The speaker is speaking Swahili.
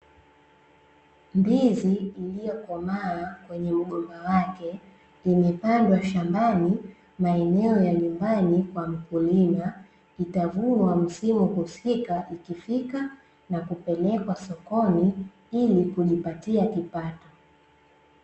Ndizi iliyokomaa kwenye mgomba wake, imepandwa shambani maeneo ya nyumbani kwa mkulima, itavunwa msimu husika ikifika, na kupelekwa sokoni ili kujipatia kipato.